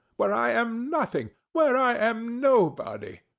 where i am nothing! where i am nobody!